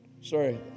Sorry